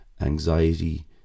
Anxiety